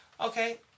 Okay